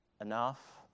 enough